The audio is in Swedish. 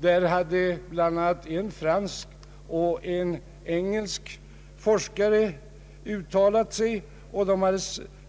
Där hade bl.a. en fransk och en engelsk forskare